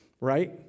Right